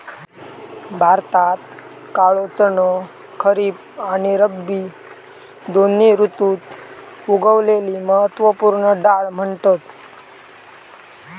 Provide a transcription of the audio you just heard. भारतात काळो चणो खरीब आणि रब्बी दोन्ही ऋतुत उगवलेली महत्त्व पूर्ण डाळ म्हणतत